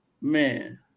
man